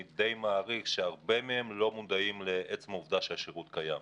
אני מעריך שרבים מהם לא מודעים לעצם העובדה שהשירות קיים.